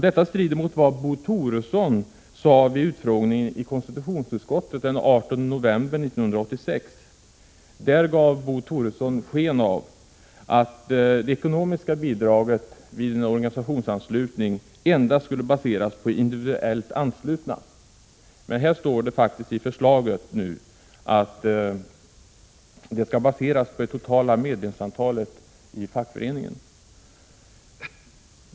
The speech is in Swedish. Detta strider mot vad Bo Toresson sade vid en utfrågning i konstitutionsutskottet den 18 november 1986. Där gav Bo Toresson sken av att det ekonomiska bidraget vid en organisationsanslutning endast skulle baseras på antalet individuellt anslutna. Här står faktiskt i förslaget att avgiften skall baseras på det totala antalet medlemmar i fackföreningen.